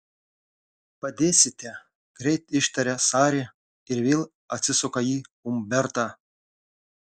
padėsite greit ištaria sari ir vėl atsisuka į umbertą